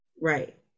Right